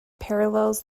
parallels